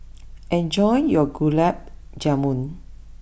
enjoy your Gulab Jamun